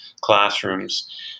classrooms